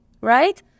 right